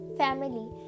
family